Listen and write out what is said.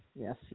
yes